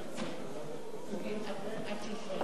אפשר להצביע את זה, עד 18:10. בסדר, אדוני.